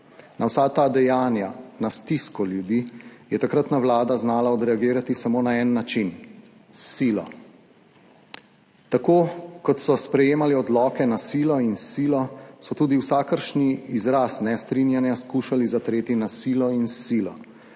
Na vsa ta dejanja, na stisko ljudi je takratna vlada znala odreagirati samo na en način – s silo. Tako kot so sprejemali odloke na silo in s silo, so tudi vsakršni izraz nestrinjanja skušali zatreti na silo in s silo,